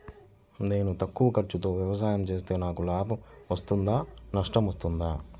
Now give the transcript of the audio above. నేను తక్కువ ఖర్చుతో వ్యవసాయం చేస్తే నాకు లాభం వస్తుందా నష్టం వస్తుందా?